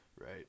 Right